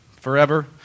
forever